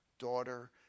daughter